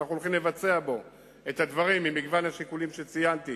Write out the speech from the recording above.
ואנו הולכים לבצע בו את הדברים ממגוון השיקולים שציינתי,